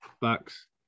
Bucks